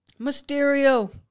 Mysterio